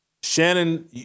Shannon